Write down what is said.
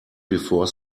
before